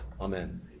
Amen